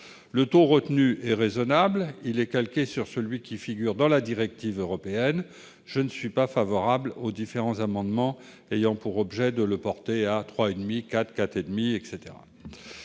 Le taux retenu est raisonnable ; il est calqué sur celui qui figure dans la directive européenne. Je ne suis pas favorable aux différents amendements ayant pour objet de le porter à 3,5 %, à 4